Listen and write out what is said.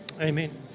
Amen